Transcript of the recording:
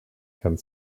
and